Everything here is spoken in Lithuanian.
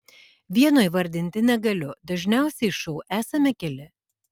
vieno įvardinti negaliu dažniausiai šou esame keli